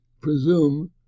presume